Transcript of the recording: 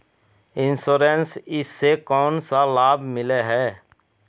Insurance इस से कोन सा लाभ मिले है?